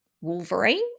Wolverine